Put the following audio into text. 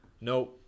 No